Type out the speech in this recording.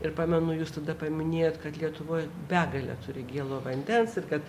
ir pamenu jūs tada paminėjot kad lietuvoj begalė turi gėlo vandens ir kad